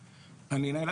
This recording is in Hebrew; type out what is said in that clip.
אני רק רוצה